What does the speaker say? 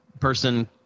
Person